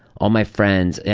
all my friends.